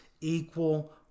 Equal